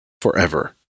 forever